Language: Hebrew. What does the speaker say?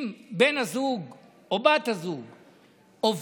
אם בן הזוג או בת הזוג עובדים,